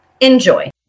Enjoy